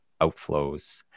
outflows